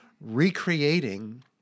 recreating